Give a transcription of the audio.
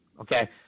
okay